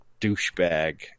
douchebag